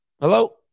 Hello